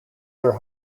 their